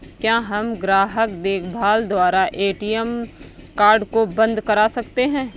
क्या हम ग्राहक देखभाल द्वारा ए.टी.एम कार्ड को बंद करा सकते हैं?